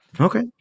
Okay